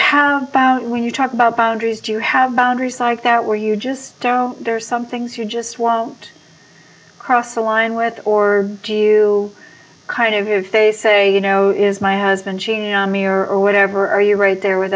how about when you talk about boundaries do you have boundaries like that where you just don't there are some things you just won't cross the line with or do you kind of if they say you know is my has been cheating on me or whatever are you right there with